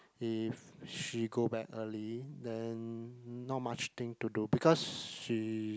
if she go back early then not much thing to do because she